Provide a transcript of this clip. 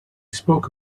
spoke